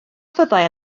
fyddai